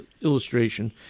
illustration—